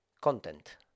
content